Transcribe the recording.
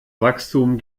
wachstum